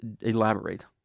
elaborate